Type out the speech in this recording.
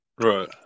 Right